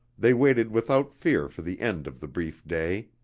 they waited without fear for the end of the brief day.